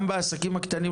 גם בעסקים הקטנים,